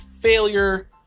failure